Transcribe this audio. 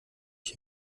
ich